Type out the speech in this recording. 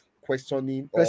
questioning